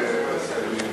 אין הסכמים נוספים,